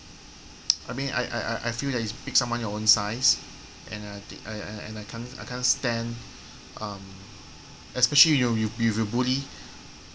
I mean I I I I feel that is pick someone your own size and uh and and and I can't I can't stand especially if you bully